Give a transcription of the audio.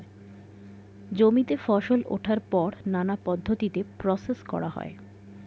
জমিতে ফসল ওঠার পর নানা পদ্ধতিতে প্রসেস করা হয়